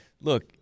look